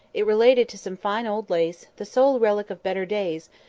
it related to some fine old lace, the sole relic of better days,